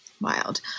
wild